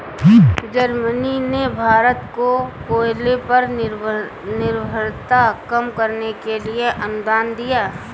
Germany ने भारत को कोयले पर निर्भरता कम करने के लिए अनुदान दिया